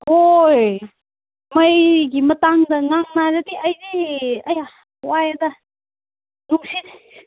ꯍꯣꯏ ꯃꯩꯒꯤ ꯃꯇꯥꯡꯗ ꯉꯥꯡꯅꯔꯗꯤ ꯑꯩꯗꯤ ꯑꯩꯌꯥ ꯋꯥꯏꯌꯦꯗ ꯅꯨꯡꯁꯤꯠ